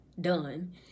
done